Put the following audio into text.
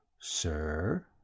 Sir